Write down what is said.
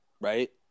right